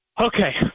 okay